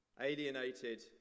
alienated